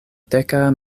deka